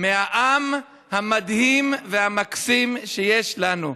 מהעם המדהים והמקסים שיש לנו.